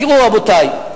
תראו, רבותי,